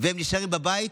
והם נשארים בבית,